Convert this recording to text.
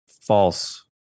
false